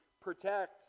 protect